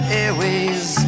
airways